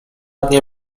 dnie